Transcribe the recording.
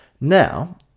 Now